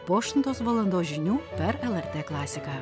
po aštuntos valandos žinių per lrt klasiką